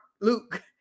Luke